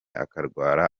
akarwara